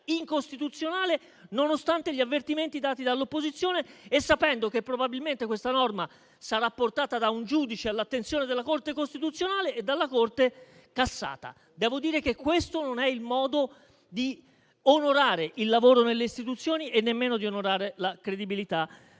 incostituzionale, nonostante gli avvertimenti dati dall'opposizione e sapendo che probabilmente questa norma sarà portata da un giudice all'attenzione della Corte costituzionale e sarà dalla stessa cassata. Devo dire che questo non è il modo di onorare il lavoro nelle istituzioni e nemmeno la credibilità